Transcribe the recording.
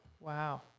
Wow